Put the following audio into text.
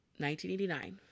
1989